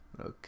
Okay